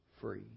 free